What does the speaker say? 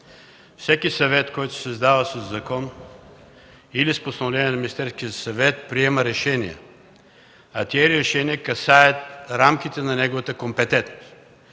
Всеки съвет се създава със закон или с постановление на Министерския съвет, който приема решения, а тези решения касаят рамките на неговата компетентност.